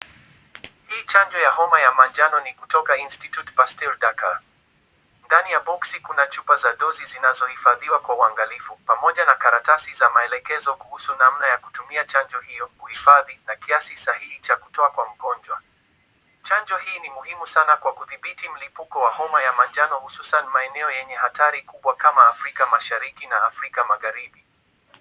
Hii chanjo ya homa ya manjano ni kutoka Institute Pasteur Dakar. Ndani ya boksi kuna chupa za dozi zinazohifadhiwa kwa uangalifu, pamoja na karatasi za maelekezo kuhusu namna ya kutumia chanjo hiyo, kuhifadhi, na kiasi sahihi cha kutoa kwa mgonjwa. Chanjo hii ni muhimu sana kwa kudhibiti mlipuko wa homa ya manjano hususan maeneo yenye hatari kubwa kama Afrika mashariki na Afrika magharibi.